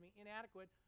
inadequate